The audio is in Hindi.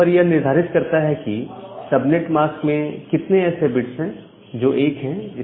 यह नंबर यह निर्धारित करता है कि सबनेट मास्क में कितने ऐसे बिट्स हैं जो 1 हैं